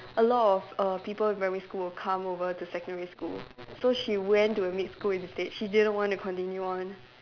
a lot of err people in primary school will come over to secondary school so she went to a mixed school instead she didn't want to continue on